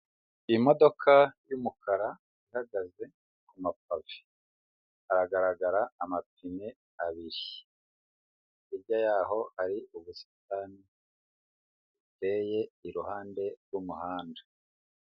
Imodoka y'umukara ihagaze kuma pave haragaragara amapine abiri, hirya yaho hari ubusitani buteyeye iruhande rw'umuhanda.